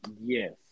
Yes